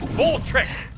bowl tricks.